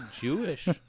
jewish